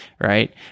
right